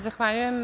Zahvaljujem.